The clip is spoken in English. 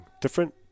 different